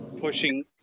pushing